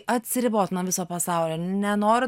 atsiribot nuo viso pasaulio nenoriu